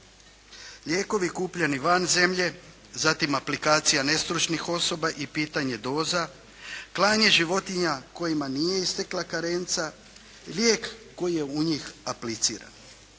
lijekovi kupljeni van zemlje zatim aplikacija nestručnih osoba i pitanje doza, klanje životinja kojima nije istekla karenca, lijek koji je u njih apliciran.